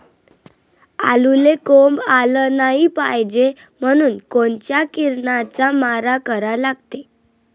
आलूले कोंब आलं नाई पायजे म्हनून कोनच्या किरनाचा मारा करा लागते?